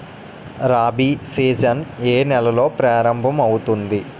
Rabi season ఏ నెలలో ప్రారంభమౌతుంది?